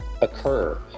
occur